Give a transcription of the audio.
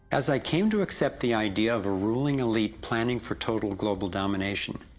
as i came to accept the idea of a ruling elite planning for total global domination,